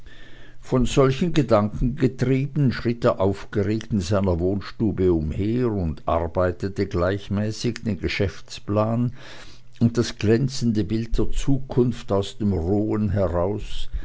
von solchen gedanken getrieben schritt er aufgeregt in seiner wohnstube umher und arbeitete gleichmäßig den geschäftsplan und das glänzende bild der zukunft aus dem rohen heraus